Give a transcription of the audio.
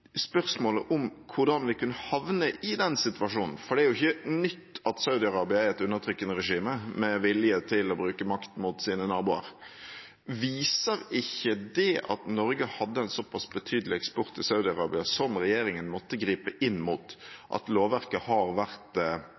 spørsmålet om hvordan vi kunne havne i den situasjonen. For det er jo ikke nytt at Saudi-Arabia er et undertrykkende regime med vilje til å bruke makt mot sine naboer. Viser ikke det at Norge hadde en såpass betydelig eksport til Saudi-Arabia som regjeringen måtte gripe inn mot, at lovverket har vært